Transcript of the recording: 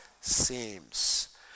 seems